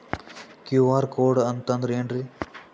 QR code ಅಂತಂದ್ರ ಏನ್ರೀ?